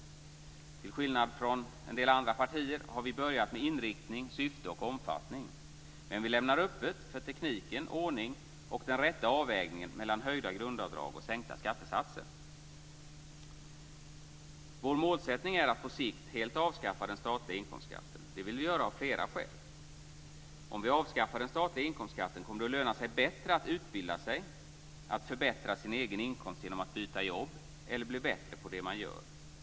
Till skillnad från en del andra partier har vi börjat med inriktning, syfte och omfattning. Men vi lämnar öppet för tekniken, ordningen och den rätta avvägningen mellan höjda grundavdrag och sänkta skattesatser. Vår målsättning är att på sikt helt avskaffa den statliga inkomstskatten. Det vill vi göra av flera skäl: Om vi avskaffar den statliga inkomstskatten kommer det att löna sig bättre att utbilda sig, att förbättra sin egen inkomst genom att byta jobb eller bli bättre på det som man gör.